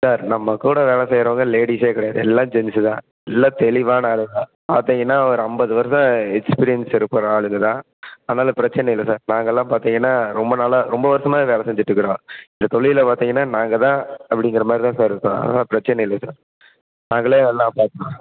sir நம்ம கூட வேலை செய்கிறவுங்க லேடீஸ்ஸே கிடையாது எல்லாம் ஜென்சு தான் எல்லாம் தெளிவான ஆளுங்க பார்த்திங்கனா ஒரு ஐம்பது வருஷோம் எக்ஸ்பீரியன்ஸ் இருப்ப ஆளுங்கள் தான் அதனால் பிரச்சினை இல்லை சார் நாங்களெலாம் பார்த்திங்கனா ரொம்ப நாளாக ரொம்ப வர்ஷமாகவே வேலை செஞ்சுட்டுக்குறோம் இந்த தொழிலில் பார்த்திங்கனா நாங்கள் தான் அப்படிங்குற மாதிரி தான் சார் இருக்கும் அதனால் பிரச்சினை இல்லை சார் நாங்களே எல்லாம் பார்த்து